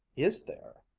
is there?